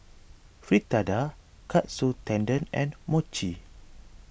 Fritada Katsu Tendon and Mochi